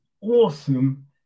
awesome